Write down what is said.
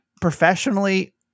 professionally